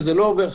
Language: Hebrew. שזה לא עובר.